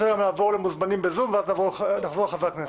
ואז אני רוצה גם לעבור למוזמנים בזום ואז נחזור לחברי הכנסת.